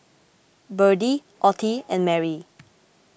Berdie Ottie and Merry